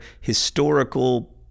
historical